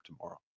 tomorrow